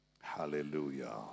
Hallelujah